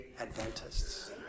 Adventists